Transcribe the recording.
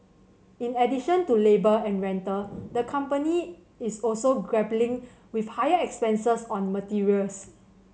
in addition to labour and rental the company is also grappling with higher expenses on materials